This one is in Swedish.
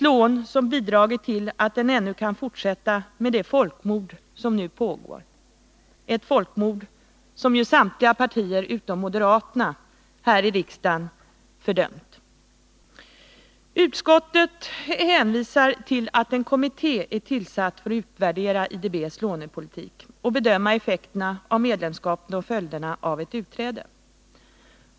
Lånet har bidragit till att juntan ännu kan fortsätta med det folkmord som nu pågår — ett folkmord som samtliga partier här i riksdagen utom moderata samlingspartiet fördömt. Utskottet hänvisar till att en kommitté är tillsatt för att utvärdera IDB:s lånepolitik och bedöma effekterna av medlemskapet och följderna av ett utträde.